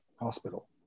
Hospital